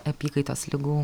apykaitos ligų